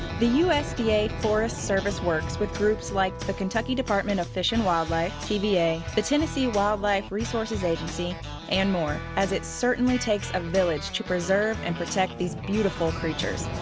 the usda forest service works with groups like the kentucky department of fish and wildlife, tva, the tennessee wildlife resources agency and more, as it certainly takes a village to preserve and protect these beautiful creatures.